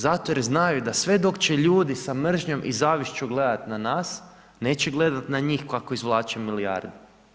Zato jer znaju da sve dok će ljudi sa mržnjom i zavišću gledati na nas, neće gledati na njih kako izvlače milijarde.